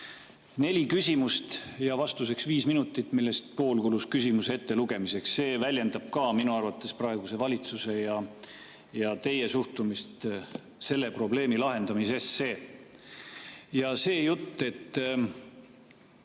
Neli küsimust ja vastuseks viis minutit, millest pool kulus küsimuse ettelugemiseks. See väljendab minu arvates ka praeguse valitsuse ja teie suhtumist selle probleemi lahendamisesse. Ja see jutt, et